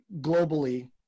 globally